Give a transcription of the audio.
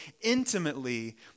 intimately